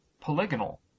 polygonal